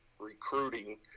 recruiting